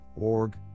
org